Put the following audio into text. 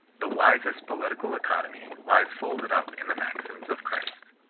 the wisest political economy lies folded up in the maxims of christ.